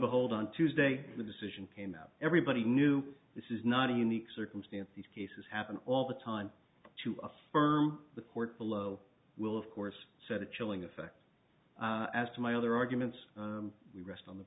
behold on tuesday the decision came out everybody knew this is not a unique circumstance these cases happen all the time to affirm the court below will of course set a chilling effect as to my other arguments we rest on the